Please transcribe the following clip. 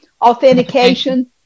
authentication